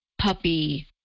puppy